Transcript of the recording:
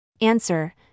Answer